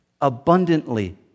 Abundantly